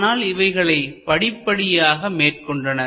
ஆனால் இவைகளைப் படிப்படியாக மேற்கொண்டனர்